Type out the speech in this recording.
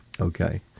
Okay